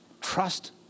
trust